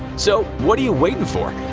so, what are you waiting for,